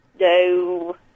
No